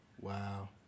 Wow